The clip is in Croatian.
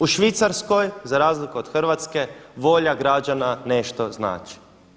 U Švicarskoj za razliku od Hrvatske volja građana nešto znači.